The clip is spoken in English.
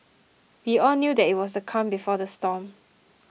we all knew that it was the calm before the storm